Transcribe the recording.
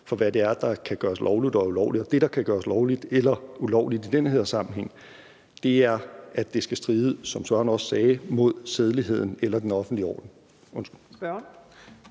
for, hvad det er, der kan gøres lovligt og ulovligt. Det, der gør, at noget kan gøres ulovligt i den her sammenhæng, er, at det, som spørgeren også sagde, skal stride mod sædeligheden eller den offentlige orden.